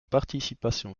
participation